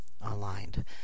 aligned